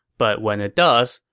but when it does,